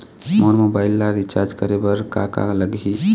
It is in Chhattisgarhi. मोर मोबाइल ला रिचार्ज करे बर का का लगही?